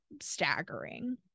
staggering